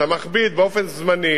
אתה מכביד באופן זמני.